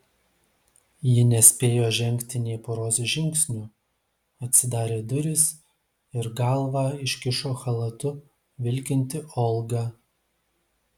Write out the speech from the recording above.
ji nespėjo žengti nė poros žingsnių atsidarė durys ir galvą iškišo chalatu vilkinti olga